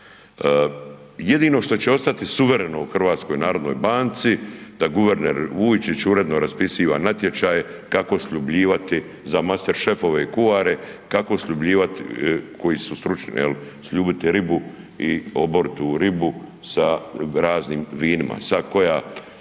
Jedino što će ostati suvereno u HNB-u da guverner Vujčić uredno raspisiva natječaje kako sljubljivati za masterschefove i kuare kako sljubljivati, koji su stručni jel, sljubiti ribu, oboritu ribu sa raznim vinima, sad koja